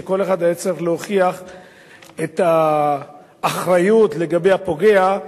שכל אחד היה צריך להוכיח את האחריות לגבי הפוגע,